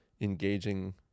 engaging